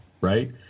right